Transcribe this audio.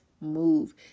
move